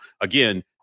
again